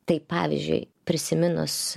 tai pavyzdžiui prisiminus